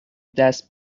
دست